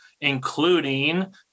including